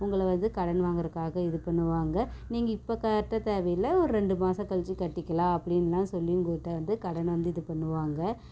உங்களை வந்து கடன் வாங்குறதுக்காக இது பண்ணுவாங்க நீங்கள் இப்போ கட்டத் தேவையில்லை ஒரு ரெண்டு மாதம் கழிச்சு கட்டிக்கலாம் அப்படின்லாம் சொல்லி உங்கள்கிட்ட வந்து கடனை வந்து இது பண்ணுவாங்க